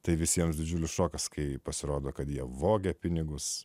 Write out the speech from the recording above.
tai visiems didžiulis šokas kai pasirodo kad jie vogė pinigus